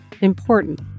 important